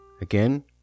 Again